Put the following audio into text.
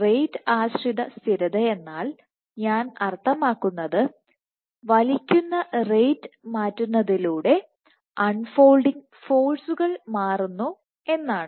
rate ആശ്രിത സ്ഥിരതയാൽ ഞാൻ അർത്ഥമാക്കുന്നത് വലിക്കുന്ന റേറ്റ് Rate മാറ്റുന്നതിലൂടെ അൺ ഫോൾഡിങ് ഫോഴ്സുകൾ മാറുന്നു എന്നാണ്